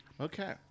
okay